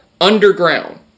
underground